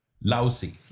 Lousy